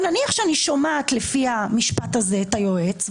נניח שאני שומעת לפי המשפט הזה את היועץ,